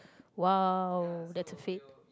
!wow! that's a fate